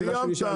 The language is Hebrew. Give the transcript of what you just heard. סיימת, סיימת.